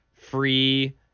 free –